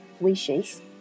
wishes